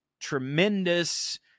tremendous